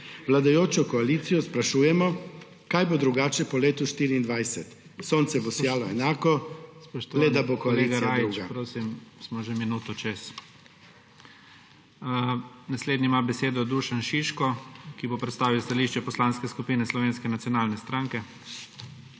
Vladajočo koalicijo sprašujemo, kaj bo drugače po letu 2024. Sonce bo sijalo enako, le da bo koalicija druga.